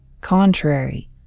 contrary